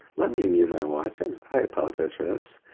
let me me and my watch, and i apologize for